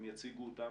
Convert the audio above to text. הם יציגו אותם.